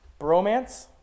bromance